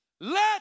let